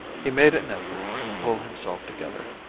he made an effort to pull himself together,